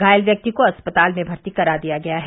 घायल व्यक्ति को अस्पताल में भर्ती करा दिया गया है